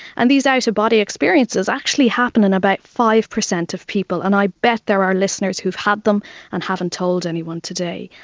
and these out-of-body experiences actually happen in about five percent of people, and i bet there are listeners who have had them and haven't told anyone today.